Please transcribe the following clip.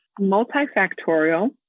multifactorial